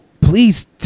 please